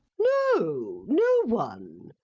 no, no one.